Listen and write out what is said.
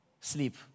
sleep